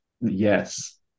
Yes